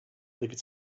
believe